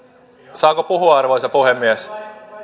saako puhua arvoisa puhemies